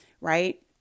right